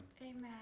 Amen